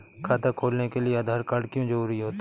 खाता खोलने के लिए आधार कार्ड क्यो जरूरी होता है?